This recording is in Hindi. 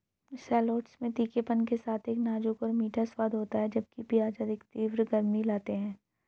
शैलोट्स में तीखेपन के साथ एक नाजुक और मीठा स्वाद होता है, जबकि प्याज अधिक तीव्र गर्मी लाते हैं